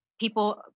people